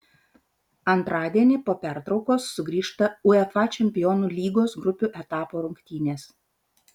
antradienį po pertraukos sugrįžta uefa čempionų lygos grupių etapo rungtynės